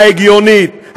ההגיונית,